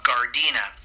Gardena